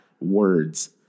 words